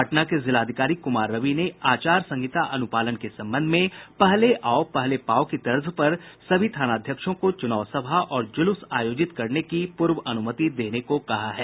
पटना के जिलाधिकारी कुमार रवि ने आचार संहिता अनुपालन के संबंध में पहले आओ पहले पाओ की तर्ज पर सभी थानाध्यक्षों को चुनाव सभा और जुलूस आयोजित करने की पूर्व अनुमति देने को कहा है